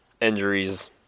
injuries